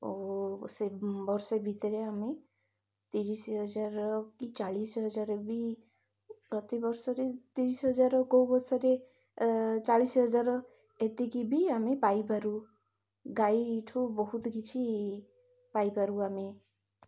ଓ ସେ ବର୍ଷେ ଭିତରେ ଆମେ ତିରିଶି ହଜାର କି ଚାଳିଶ ହଜାର ବି ପ୍ରତିବର୍ଷରେ ତିରିଶି ହଜାର କେଉଁ ବର୍ଷରେ ଚାଳିଶ ହଜାର ଏତିକି ବି ଆମେ ପାଇପାରୁ ଗାଈଠୁ ବହୁତ କିଛି ପାଇପାରୁ ଆମେ